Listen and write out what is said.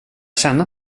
känna